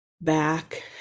back